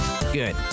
good